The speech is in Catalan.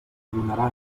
donaran